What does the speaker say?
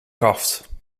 kaft